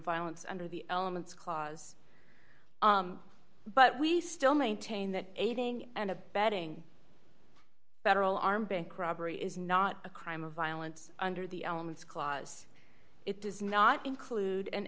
violence under the elements clause but we still maintain that aiding and abetting federal armed bank robbery is not a crime of violence under the elms clause it does not include an